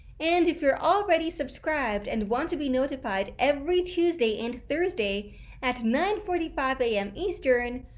and if you're already subscribed, and want to be notified every tuesday and thursday at nine forty five am eastern,